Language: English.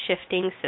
shifting